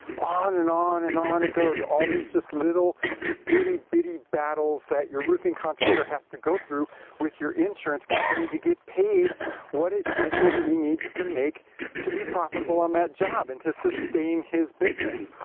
on and on and on it goes, all these just little itty-bitty battles that your roofing contractor has to go through with your insurance company to get paid what it is that he needs to make to be profitable on that job and to sustain his business.